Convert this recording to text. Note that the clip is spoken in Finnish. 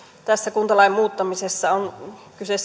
tässä kuntalain muuttamisessa on kyse